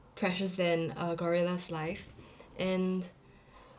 precious than a gorilla's life and